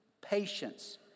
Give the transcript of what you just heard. patience